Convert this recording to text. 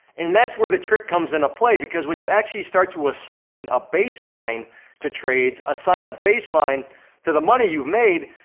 and that's where the trick comes into play, because when you actually start to assign a baseline to trades, assign a baseline to the money you've made,